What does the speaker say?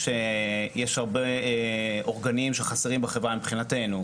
יש הרבה אורגנים שחסרים בחברה מבחינתנו,